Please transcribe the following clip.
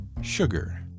sugar